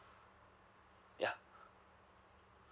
yeah